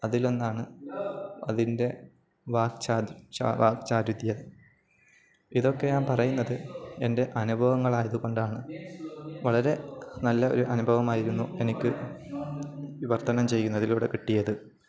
അതിലൊന്നാണ് അതിൻ്റെ വാക്ചാതുര്യം ഇതൊക്കെ ഞാൻ പറയുന്നത് എൻ്റെ അനുഭവങ്ങളായതുകൊണ്ടാണ് വളരെ നല്ല ഒരനുഭവമായിരുന്നു എനിക്കു വിവർത്തനം ചെയ്യുന്നതിലൂടെ കിട്ടിയത്